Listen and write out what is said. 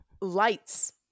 lights